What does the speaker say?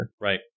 right